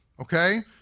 okay